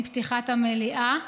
עם פתיחת המליאה,